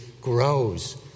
grows